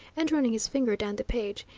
and running his finger down the page.